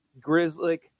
Grizzly